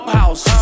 house